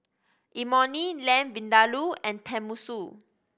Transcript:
Imoni Lamb Vindaloo and Tenmusu